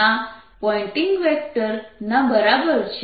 આ Poynting vector ના બરાબર છે